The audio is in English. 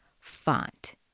font